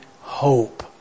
hope